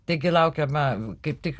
taigi laukiama kaip tik